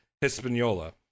Hispaniola